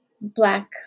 Black